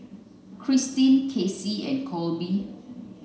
Christeen Cassie and Colby